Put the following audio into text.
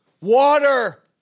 Water